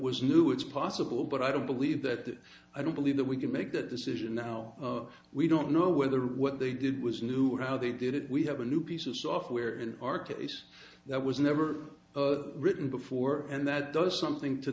was new it's possible but i don't believe that i don't believe that we can make that decision now we don't know whether what they did was new or how they did it we have a new piece of software in our case that was never written before and that does something to